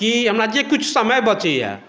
कि हमरा जे किछु समय बचैया